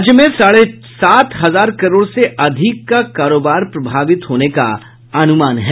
राज्य में साढ़े सात हजार करोड़ से अधिक का कारोबार प्रभावित होने का अनुमान है